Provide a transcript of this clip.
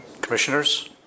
Commissioners